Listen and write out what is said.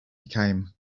became